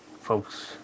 folks